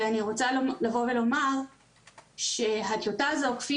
ואני רוצה לבוא ולומר שהטיוטה הזאת כפי